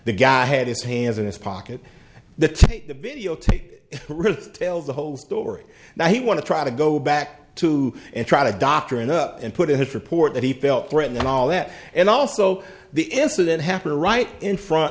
the guy had his hands in his pocket the tape the video tape really tells the whole story now he want to try to go back to and try to doctor it up and put in his report that he felt threatened and all that and also the incident happened right in front